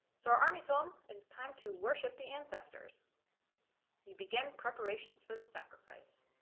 so our army sole it is time to worship the ancestors you begin preparations for the sacrifice